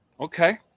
Okay